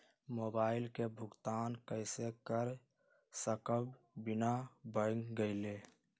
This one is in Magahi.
मोबाईल के भुगतान कईसे कर सकब बिना बैंक गईले?